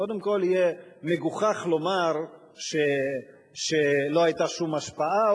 קודם כול יהיה מגוחך לומר שלא היתה שום השפעה,